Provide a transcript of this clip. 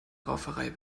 rauferei